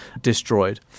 destroyed